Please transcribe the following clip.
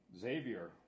Xavier